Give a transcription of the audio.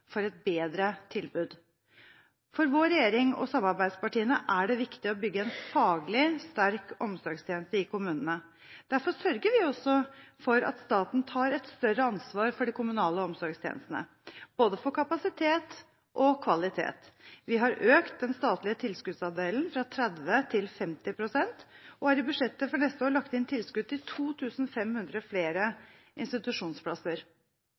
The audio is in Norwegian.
for et bedre tilbud. For vår regjering og samarbeidspartiene er det viktig å bygge en faglig sterk omsorgstjeneste i kommunene. Derfor sørger vi også for at staten tar et større ansvar for de kommunale somsorgstjenestene – både for kapasitet og kvalitet. Vi har økt den statlige tilskuddsandelen fra 30 til 50 pst. og har i budsjettet for neste år lagt inn tilskudd til 2 500 flere institusjonsplasser.